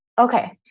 Okay